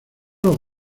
los